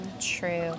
True